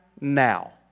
now